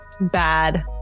bad